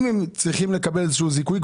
אם הם צריכים לקבל איזשהו זיכוי,